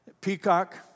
Peacock